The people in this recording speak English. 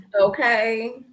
Okay